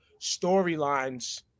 Storylines